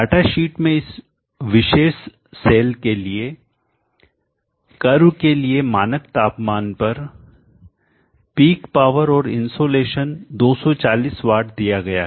data sheet में इस विशेष सेल के लिए कर्व के लिए मानक तापमान पर पीक पावर और इनसोलेशन 240 वाट दिया गया है